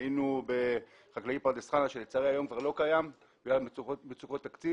היינו בחקלאי פרדס חנה שלצערי היום כבר לא קיים בגלל מצוקות תקציב.